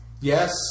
yes